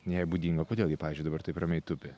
jai būdinga kodėl ji pavyzdžiui dabar taip ramiai tupi